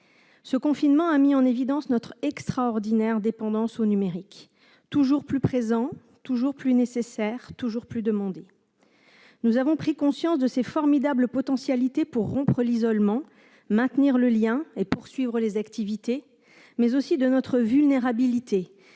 Le confinement a mis en évidence notre extraordinaire dépendance au numérique, toujours plus présent, toujours plus nécessaire, toujours plus demandé ... Nous avons pris conscience de ses formidables potentialités pour rompre l'isolement, maintenir le lien et poursuivre les activités, mais aussi de notre vulnérabilité